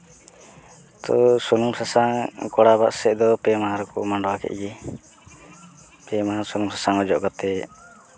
ᱛᱚ ᱥᱩᱱᱩᱢ ᱥᱟᱥᱟᱝ ᱠᱚᱲᱟ ᱚᱲᱟᱜ ᱥᱮᱡ ᱫᱚ ᱯᱮ ᱢᱟᱦᱟ ᱨᱮᱠᱚ ᱢᱟᱰᱣᱟ ᱠᱮᱜ ᱜᱮ ᱯᱮ ᱢᱟᱦᱟ ᱥᱩᱱᱩᱢ ᱥᱟᱥᱟᱝ ᱚᱡᱚᱜ ᱠᱟᱛᱮ